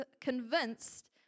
convinced